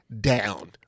down